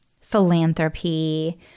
philanthropy